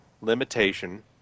limitation